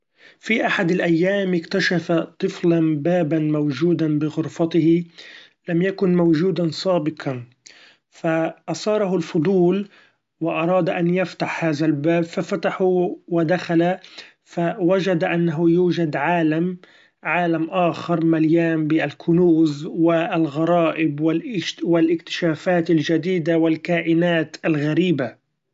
في أحد الأيام اكتشف طفلا بابا موچودا بغرفته لم يكن موچودا سابقا! ف اثاره الفضول وأراد إن يفتح هذا الباب، ففتحه ودخل فوچد إنه يوچد عالم -عالم آخر مليإن بالكنوز والغرائب والاكتشافات الچديدة والكائنات الغريبة!